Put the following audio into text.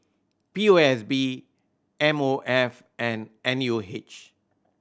P O S B M O F and N U H